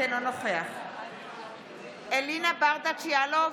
אינו נוכח אלינה ברדץ' יאלוב,